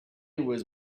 was